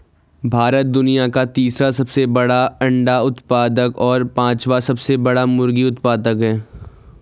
भारत दुनिया का तीसरा सबसे बड़ा अंडा उत्पादक और पांचवां सबसे बड़ा मुर्गी उत्पादक है